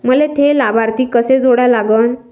मले थे लाभार्थी कसे जोडा लागन?